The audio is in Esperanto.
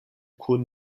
kun